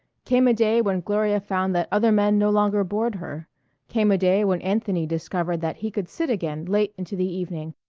came a day when gloria found that other men no longer bored her came a day when anthony discovered that he could sit again late into the evening,